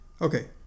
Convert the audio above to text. Okay